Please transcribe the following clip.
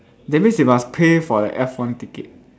that means you must pay for the F one ticket